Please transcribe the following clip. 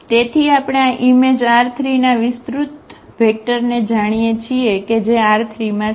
તેથી આપણે આ ઈમેજ R3 ના વિસ્તૃત વેક્ટરને જાણીએ છીએ કે જે R3માં છે